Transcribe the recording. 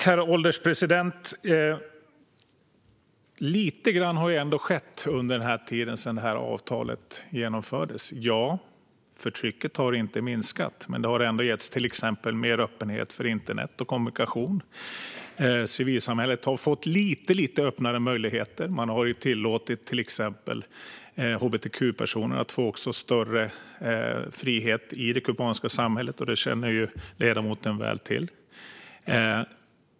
Herr ålderspresident! Lite grann har ändå skett under tiden sedan avtalet genomfördes. Förtrycket har inte minskat, men det har ändå getts till exempel mer öppenhet för internet och annan kommunikation. Civilsamhället har fått något lite öppnare möjligheter. Man har tillåtit till exempel hbtq-personer att få större frihet i det kubanska samhället, vilket ledamoten väl känner till.